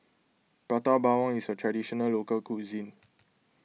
Prata Bawang is a Traditional Local Cuisine